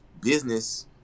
business